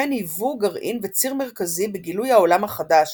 וכן היוו גרעין וציר מרכזי בגילוי העולם החדש,